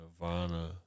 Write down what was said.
Nirvana